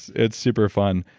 it's super fun.